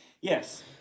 Yes